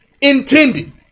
intended